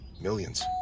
millions